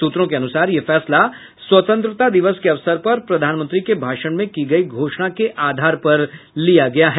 सूत्रों के अनुसार यह फैसला स्वतंत्रता दिवस के अवसर पर प्रधानमंत्री के भाषण में की गई घोषणा के आधार पर लिया गया है